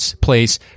place